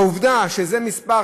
העובדה שזה המספר,